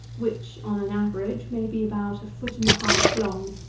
which, on an average, may be about a foot and a half long.